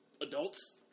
adults